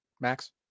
max